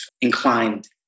inclined